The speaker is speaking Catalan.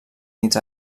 nits